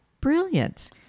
brilliance